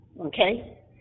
Okay